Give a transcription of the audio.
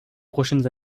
prochaines